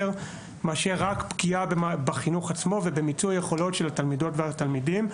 מאשר רק פגיעה בחינוך עצמו ובמיצוי יכולותיהם של התלמידים והתלמידים.